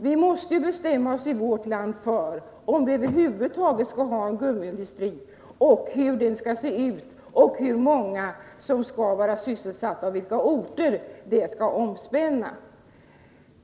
Vi måste i vårt land bestämma oss för om vi över huvud taget skall ha en gummiindustri, hur den skall se ut, hur många som skall vara sysselsatta i den och vilka orter den skall omspänna.